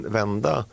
vända